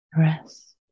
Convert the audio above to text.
Rest